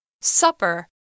Supper